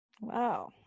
Wow